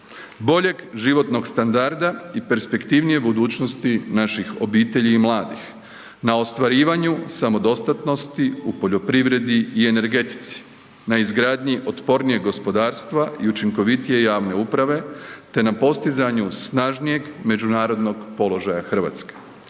boljeg životnog standarda i perspektivnije budućnosti naših obitelji i mladih, na ostvarivanju samodostatnosti u poljoprivredi i energetici, na izgradnji otpornijeg gospodarstva i učinkovitije javne uprave te na postizanju snažnijeg međunarodnog položaja Hrvatske.